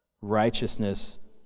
righteousness